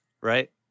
right